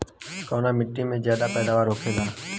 कवने मिट्टी में ज्यादा पैदावार होखेला?